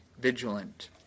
vigilant